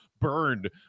burned